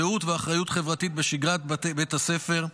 זהות ואחריות חברתית בשגרת בית הספר,